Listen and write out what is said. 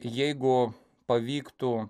jeigu pavyktų